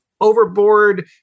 overboard